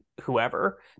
whoever